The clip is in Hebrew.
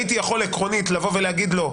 הייתי יכול עקרונית להגיד לו,